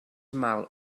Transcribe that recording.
mal